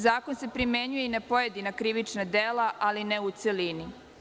Zakon se primenjuje i na pojedina krivična dela, ali ne u celini.